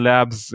Labs